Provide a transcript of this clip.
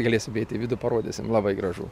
galėsim eit į vidų parodysim labai gražu